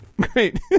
Great